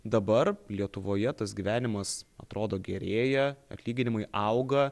dabar lietuvoje tas gyvenimas atrodo gerėja atlyginimai auga